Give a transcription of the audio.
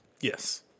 Yes